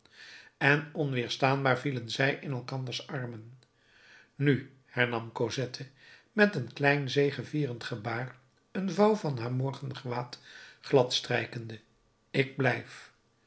en onweerstaanbaar vielen zij in elkanders armen nu hernam cosette met een klein zegevierend gebaar een vouw van haar morgengewaad glad strijkende ik blijf